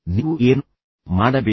ನೀವು ಏನು ಮಾಡಬೇಕು